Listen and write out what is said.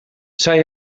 zij